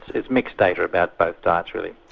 it's mixed data about both diets really.